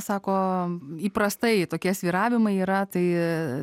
sako įprastai tokie svyravimai yra tai